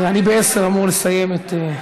ב-22:00 אני אמור לסיים את,